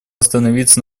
остановиться